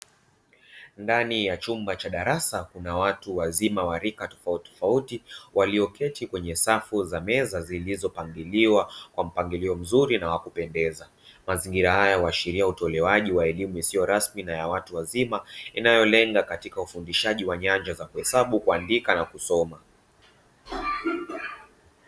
Ndani ya chumba cha darasa kuna watu wazima wa rika tofautitofauti waliyoketi kwenye safu za meza zilizopangiliwa kwa mpangilio mzuri na wakupendeza. Mazingira haya huashiria utolewaji wa elimu isiyo rasmi na ya watu wazima inayolenga katika ufundishaji wa nyanja za kuhesabu, kuandika na kusoma.